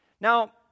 Now